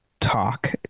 talk